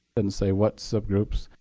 and say what subgroups,